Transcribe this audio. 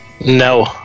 No